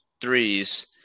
threes